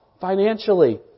financially